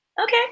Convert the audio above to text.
Okay